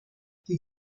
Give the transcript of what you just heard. die